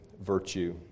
virtue